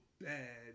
bad